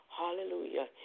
Hallelujah